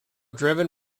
driven